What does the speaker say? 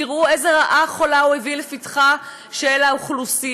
תראו איזו רעה חולה הוא הביא לפתחה של האוכלוסייה.